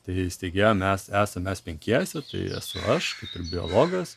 tai steigėjų mes esame mes penkiese tai esu aš biologas